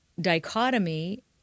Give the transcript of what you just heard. dichotomy